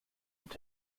und